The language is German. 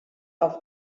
auf